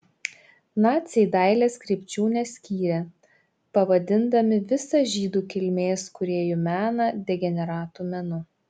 naciai dailės krypčių neskyrė pavadindami visą žydų kilmės kūrėjų meną degeneratų menu